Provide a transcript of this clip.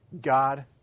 God